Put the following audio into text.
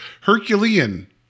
Herculean